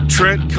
Trent